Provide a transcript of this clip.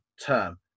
term